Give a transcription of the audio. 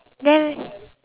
then